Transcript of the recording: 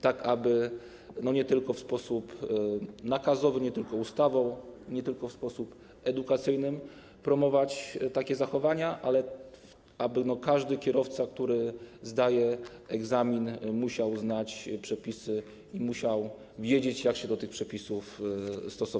Tak aby nie tylko w sposób nakazowy, nie tylko ustawą, nie tylko w sposób edukacyjny promować takie zachowania, ale aby każdy kierowca, który zdaje egzamin, musiał znać przepisy, musiał wiedzieć, jak się do nich stosować.